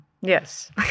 Yes